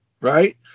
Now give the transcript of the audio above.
right